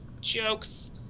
jokes